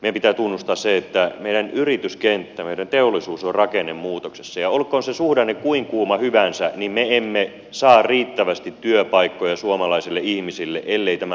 meidän pitää tunnustaa se että meidän yrityskenttämme ja meidän teollisuutemme ovat rakennemuutoksessa ja olkoon se suhdanne kuin kuuma hyvänsä niin me emme saa riittävästi työpaikkoja suomalaisille ihmisille ellei tämä maa uudistu